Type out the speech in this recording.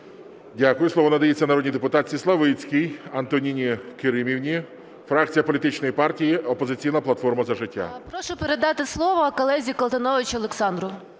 Дякую. Слово надається народній депутатці Славицькій Антоніні Керимівні, фракція політичної партії "Опозиційна платформа – За життя". 11:14:46 СЛАВИЦЬКА А.К. Прошу передати слово колезі Колтуновичу Олександру.